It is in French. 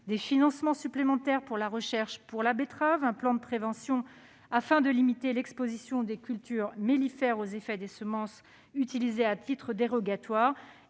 des financements supplémentaires pour la recherche sur la betterave, un plan de prévention afin de limiter l'exposition des cultures mellifères aux effets des semences utilisées à titre dérogatoire